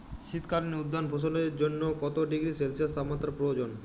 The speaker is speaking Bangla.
শীত কালীন উদ্যান ফসলের জন্য কত ডিগ্রী সেলসিয়াস তাপমাত্রা প্রয়োজন?